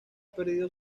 perdido